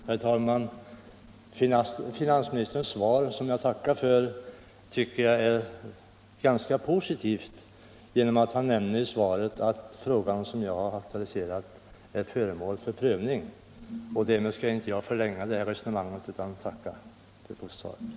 Herr talman! Finansministerns svar, som jag tackar för, tycker jag är ganska positivt. Han nämner att den fråga som jag aktualiserat är föremål för prövning, och då skall jag inte förlänga det här resonemanget, utan jag tackar bara för svaret.